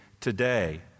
today